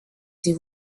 ses